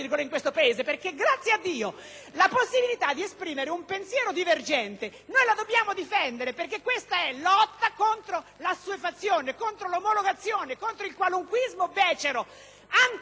perché questa è lotta contro l'assuefazione, contro l'omologazione, contro il qualunquismo becero anticulturale e antidemocratico che ha ridotto questo Paese in ginocchio. In Italia, signora Presidente,